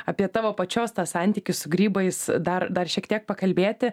apie tavo pačios santykius su grybais dar dar šiek tiek pakalbėti